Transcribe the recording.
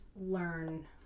learn